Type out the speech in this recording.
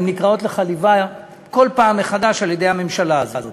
הן נקראות לחליבה כל פעם מחדש על-ידי הממשלה הזאת.